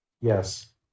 Yes